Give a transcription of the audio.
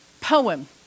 poem